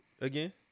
again